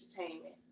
entertainment